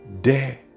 dare